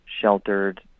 sheltered